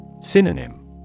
Synonym